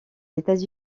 états